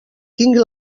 tingui